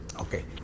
Okay